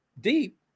deep